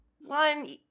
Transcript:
one